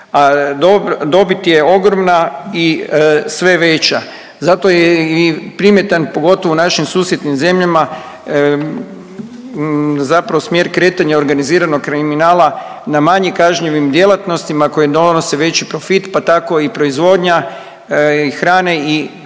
dobit je ogromna i sve veća. Zato je i primjetan pogotovo u našim susjednim zemljama zapravo smjer kretanja organiziranog kriminala na manje kažnjivim djelatnostima koje donose veći profit pa tako i proizvodnja i hrane i potrebne